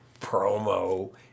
promo